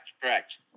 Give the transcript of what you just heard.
correct